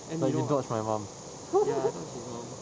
and he dodged my mum hoo~ hoo~ hoo~